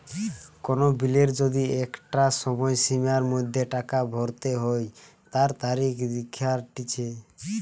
কোন বিলের যদি একটা সময়সীমার মধ্যে টাকা ভরতে হই তার তারিখ দেখাটিচ্ছে